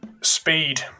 speed